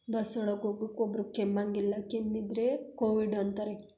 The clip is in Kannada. ಬಸ್ ಒಳಗೆ ಹೋಗ್ಬೇಕ್ ಒಬ್ಬರು ಕೆಮ್ಮಂಗಿಲ್ಲ ಕೆಮ್ಮಿದರೆ ಕೋವಿಡ್ ಅಂತಾರೆ